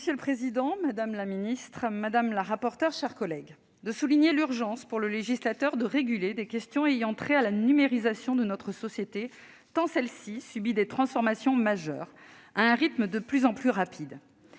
Monsieur le président, madame la ministre, madame la rapporteure, mes chers collègues, je souligne l'urgence pour le législateur de réguler des questions ayant trait à la numérisation de notre société, tant celle-ci subit des transformations majeures à un rythme de plus en plus rapide.